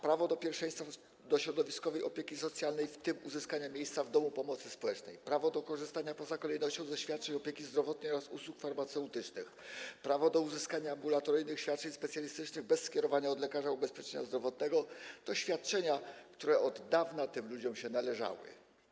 Prawo do pierwszeństwa do środowiskowej opieki socjalnej, w tym uzyskania miejsca w domu pomocy społecznej, prawo do korzystania poza kolejnością ze świadczeń opieki zdrowotnej oraz usług farmaceutycznych, prawo do uzyskania ambulatoryjnych świadczeń specjalistycznych bez skierowania od lekarza ubezpieczenia zdrowotnego to świadczenia, które od dawna tym ludziom się należały.